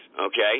Okay